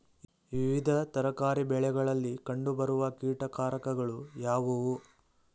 ವಿವಿಧ ತರಕಾರಿ ಬೆಳೆಗಳಲ್ಲಿ ಕಂಡು ಬರುವ ಕೀಟಕಾರಕಗಳು ಯಾವುವು?